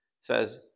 says